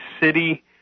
city